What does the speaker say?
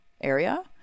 area